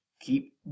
keep